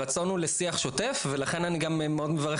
הרצון הוא לשיח שוטף ולכן אני גם מאוד מברך